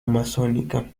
amazónica